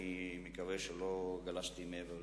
אני מקווה שלא גלשתי מעבר לזמן.